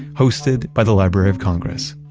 hosted by the library of congress.